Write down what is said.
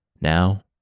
Now